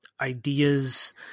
ideas